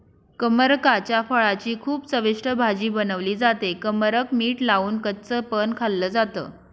कमरकाच्या फळाची खूप चविष्ट भाजी बनवली जाते, कमरक मीठ लावून कच्च पण खाल्ल जात